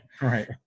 right